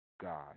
God